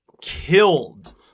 killed